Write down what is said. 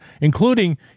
including